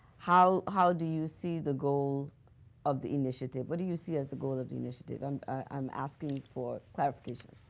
how how do you see the goal of the initiative? what do you see as the goal of the initiative? and i'm asking for clarification.